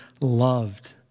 loved